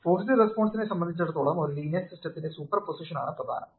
forced റെസ്പോൺസിനെ സംബന്ധിച്ചിടത്തോളം ഒരു ലീനിയർ സിസ്റ്റത്തിന്റെ സൂപ്പർ പൊസിഷൻ ആണ് പ്രധാനം